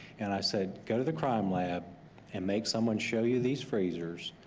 and i said go to the crime lab and make someone show you these freezers,